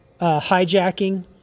hijacking